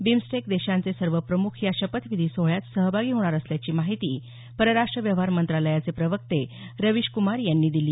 BIMSTEC देशांचे सर्व प्रमुख या शपथविधी सोहळ्यात सहभागी होणार असल्याची माहिती परराष्ट्र व्यवहार मंत्रालयाचे प्रवक्ते रवीश कुमार यांनी दिली